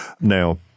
Now